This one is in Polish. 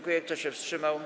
Kto się wstrzymał?